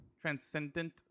Transcendent